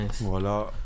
Voilà